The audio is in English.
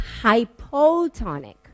hypotonic